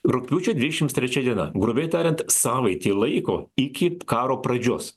rugpjūčio dvidešimt trečia diena grubiai tariant savaitė laiko iki karo pradžios